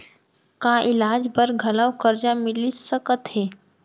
का इलाज बर घलव करजा मिलिस सकत हे?